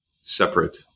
separate